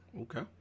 Okay